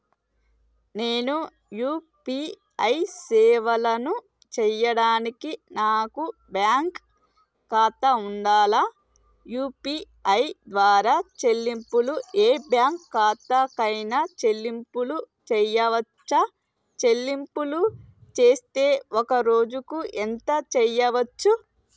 నేను యూ.పీ.ఐ సేవలను చేయడానికి నాకు బ్యాంక్ ఖాతా ఉండాలా? యూ.పీ.ఐ ద్వారా చెల్లింపులు ఏ బ్యాంక్ ఖాతా కైనా చెల్లింపులు చేయవచ్చా? చెల్లింపులు చేస్తే ఒక్క రోజుకు ఎంత చేయవచ్చు?